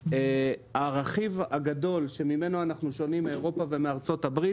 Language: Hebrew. הרכיב הגדול שממנו אנחנו שונים מאירופה וארצות הברית